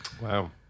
Wow